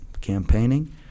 campaigning